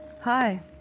Hi